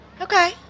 Okay